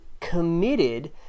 committed